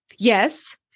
Yes